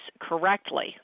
correctly